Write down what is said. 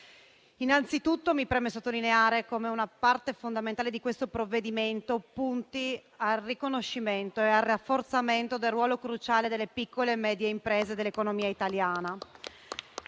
Innanzitutto, mi preme sottolineare come una parte fondamentale di questo provvedimento punti al riconoscimento e al rafforzamento del ruolo cruciale delle piccole e medie imprese dell'economia italiana.